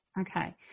Okay